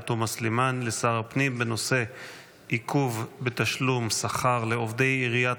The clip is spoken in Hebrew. תומא סלימאן לשר הפנים בנושא עיכוב בתשלום שכר לעובדי עיריית